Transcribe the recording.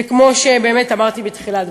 וכמו שבאמת אמרתי בתחילת דברי: